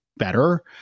better